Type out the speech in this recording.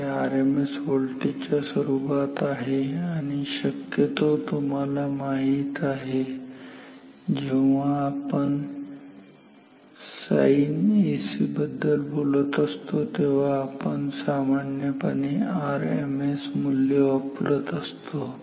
ते RMS voltage च्या स्वरूपात आहे आणि शक्यतो तुम्हाला माहित आहे जेव्हा आपण साईन एसी बद्दल बोलत असतो तेव्हा आपण सामान्यपणे आरएमएस मूल्य वापरत असतो